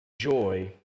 Joy